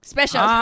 Special